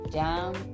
down